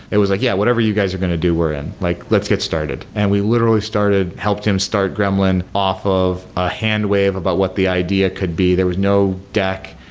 it was like, yeah, whatever you guys are going to do, we're in. like let's get started. and we literally started helped him start gremlin off of a hand wave about what the idea could be. there was no deck.